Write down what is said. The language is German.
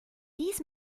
dies